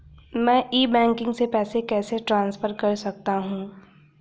मैं e banking से पैसे कैसे ट्रांसफर कर सकता हूं?